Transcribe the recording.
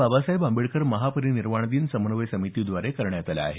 बाबासाहेब आंबेडकर महापरिनिर्वाण दिन समन्वय समितीद्वारे करण्यात आलं आहे